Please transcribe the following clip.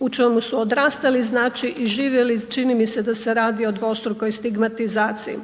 u čemu su odrastali, znači i živjeli, čini mi se da s radi o dvostrukoj stigmatizaciji.